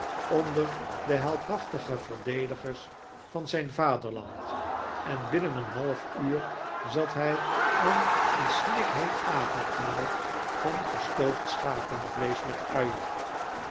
onder de heldhaftige verdedigers van zijn vaderland en binnen een half uur zat hij aan een snikheet avondmaal van gestoofd schapenvleesch met uien